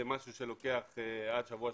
זה משהו שלוקח עד שבוע,